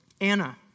Anna